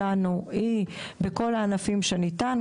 השאיפה שלנו היא בכל הענפים שניתן,